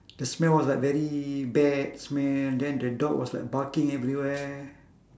the smell was like very bad smell then the dog was like barking everywhere